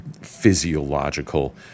physiological